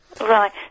Right